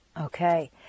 Okay